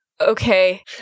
Okay